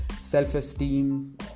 self-esteem